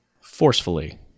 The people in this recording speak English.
Forcefully